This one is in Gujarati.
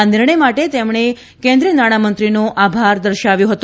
આ નિર્ણય માટે તેમણે કેન્દ્રીત નાણામંત્રીનો આભાર દર્શાવ્યો હતો